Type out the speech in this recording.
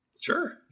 Sure